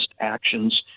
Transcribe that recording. actions